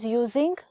using